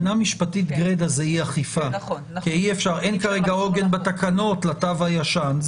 אלא עניין של כאילו ממשיכים להשתמש בתו הירוק הישן.